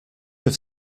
have